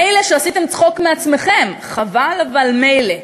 מילא שעשיתם צחוק מעצמכם, חבל, אבל מילא.